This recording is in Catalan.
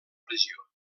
regió